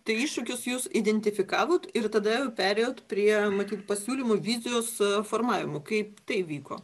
tai iššūkius jūs identifikavot ir tada perėjot prie matyt pasiūlymų vizijos suformavimo kaip tai vyko